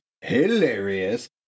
hilarious